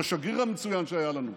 את השגריר המצוין שהיה לנו,